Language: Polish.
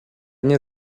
nie